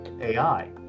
AI